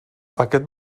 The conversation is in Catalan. aquest